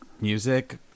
music